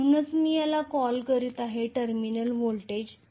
म्हणूनच मी याला टर्मिनल व्होल्टेज Vt